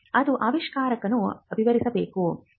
ಅದು ಆವಿಷ್ಕಾರವನ್ನು ವಿವರಿಸಬೇಕು